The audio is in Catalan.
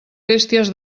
bèsties